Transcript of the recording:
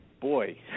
boy